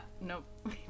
nope